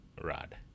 rod